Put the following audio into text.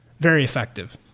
very effective.